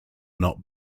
not